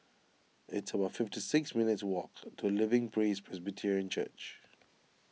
it's about fifty six minutes' walk to Living Praise Presbyterian Church